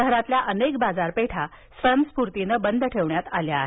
शहरातील अनेक बाजारपेठा स्वयंस्फूर्तीनं बंद ठेवण्यात आल्या आहेत